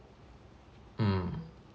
mm